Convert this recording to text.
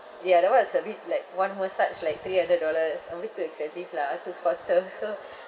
ya that [one] is a bit like one massage like three hundred dollars a bit too expensive lah so it's for services